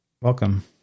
welcome